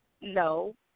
No